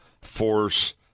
force